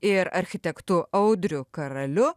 ir architektu audriu karaliu